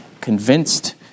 convinced